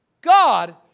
God